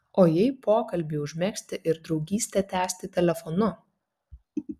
o jei pokalbį užmegzti ir draugystę tęsti telefonu